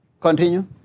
Continue